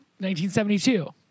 1972